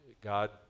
God